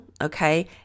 Okay